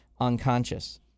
unconscious